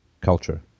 culture